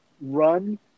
run